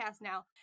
now